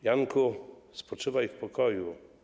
Janku, spoczywaj w pokoju.